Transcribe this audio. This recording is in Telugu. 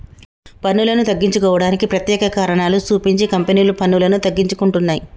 పన్నులను తగ్గించుకోవడానికి ప్రత్యేక కారణాలు సూపించి కంపెనీలు పన్నులను తగ్గించుకుంటున్నయ్